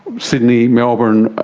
sydney, melbourne,